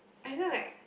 either like